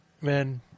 men